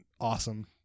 awesome